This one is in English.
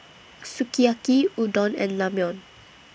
Sukiyaki Udon and Ramyeon